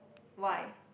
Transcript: why